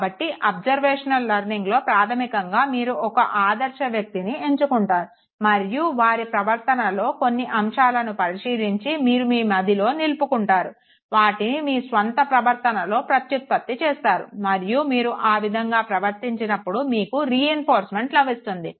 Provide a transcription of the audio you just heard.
కాబట్టి అబ్సర్వేషనల్ లెర్నింగ్లో ప్రాధమికంగా మీరు ఒక ఆదర్శ వ్యక్తిని ఎంచుకున్నారు మరియు వారి ప్రవర్తనలో కొన్ని అంశాలను పరిశీలించి మీరు మీ మదిలో నిలుపుకుంటారు వాటిని మీ స్వంత ప్రవర్తనలో ప్రత్యుత్పత్తి చేస్తారు మరియు మీరు ఆ విధంగా ప్రవర్తించినప్పుడు మీకు రెయిన్ఫోర్స్మెంట్ లభిస్తుంది